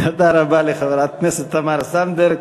תודה רבה לחברת הכנסת תמר זנדברג.